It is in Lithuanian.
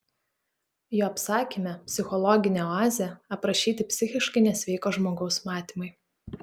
jo apsakyme psichologinė oazė aprašyti psichiškai nesveiko žmogaus matymai